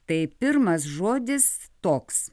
tai pirmas žodis toks